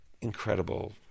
incredible